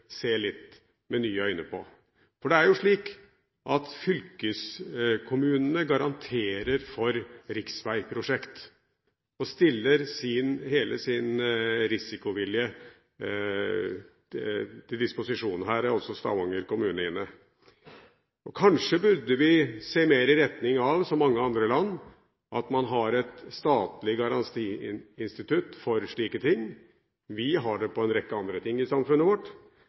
med litt nye øyne på. Det er jo slik at fylkeskommunene garanterer for riksveiprosjekt og stiller hele sin risikovilje til disposisjon. Her er også Stavanger kommune inne. Kanskje burde vi se mer i retning av – som mange andre land gjør – at man har et statlig garantiinstitutt for slike ting. Vi har det for en rekke andre ting i samfunnet vårt.